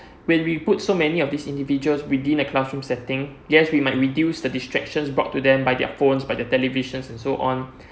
when we put so many of this individuals within the classroom setting yes we might reduce the distraction brought to them by their phones by their televisions and so on